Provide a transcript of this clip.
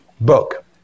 book